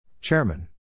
Chairman